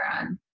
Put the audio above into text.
on